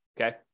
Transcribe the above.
Okay